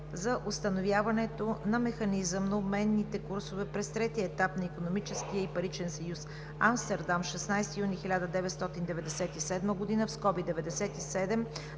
за установяването на механизъм на обменните курсове през третия етап на Икономическия и паричен съюз Амстердам, 16 юни 1997 г. (97/С